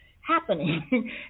happening